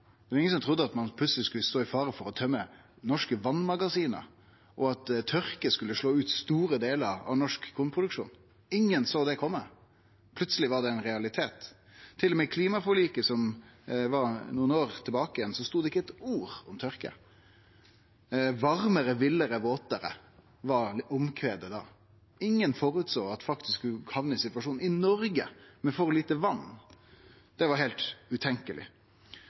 Det var ingen som trudde at ein plutseleg skulle stå i fare for å tømme norske vassmagasin, og at tørke skulle slå ut store delar av norsk kornproduksjon – ingen såg det kome, og plutseleg var det ein realitet. Ikkje eingong i klimaforliket for nokre år sidan stod det eitt ord om tørke. Varmare, villare, våtare var omkvedet da. Ingen føresåg at vi faktisk kunne hamne i ein situasjon i Noreg med for lite vatn. Det var heilt